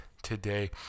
today